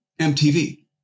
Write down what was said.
MTV